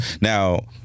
Now